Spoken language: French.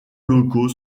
locaux